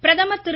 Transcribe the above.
பிரதமர் திரு